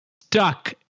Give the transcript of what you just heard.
stuck